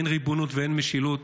אין ריבונות ואין משילות.